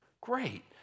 Great